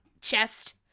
Chest